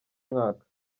mwaka